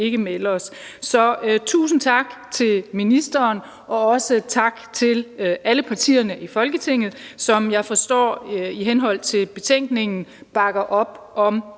ikke melde os? Så tusind tak til ministeren, og også tak til alle partierne i Folketinget, som jeg forstår i henhold til betænkningen bakker op om